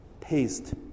taste